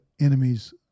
Enemies